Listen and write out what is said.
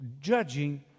judging